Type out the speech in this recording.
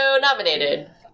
nominated